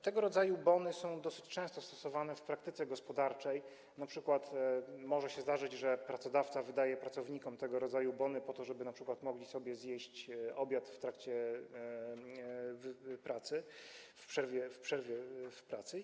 Tego rodzaju bony są dosyć często stosowane w praktyce gospodarczej, np. może się zdarzyć, że pracodawca wydaje pracownikom tego rodzaju bony po to, żeby np. mogli sobie zjeść obiad w pracy, w przerwie w pracy.